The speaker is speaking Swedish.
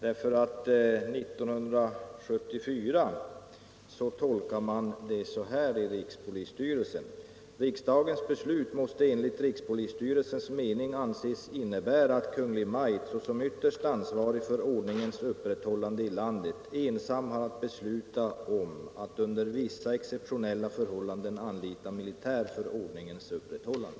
År 1974 var rikspolisstyrelsens tolkning nämligen den här: ”-—-- riksdagens beslut måste enligt rikspolisstyrelsens mening anses innebära att Kungl. Maj:t, såsom ytterst ansvarig för ordningens upprätthållande i landet, ensam har att besluta om att under vissa exceptionella förhållanden anlita militär för ordningens upprätthållande ——=.”